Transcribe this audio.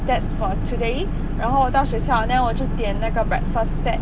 that's for today 然后我到学校 then 我就点那个 breakfast set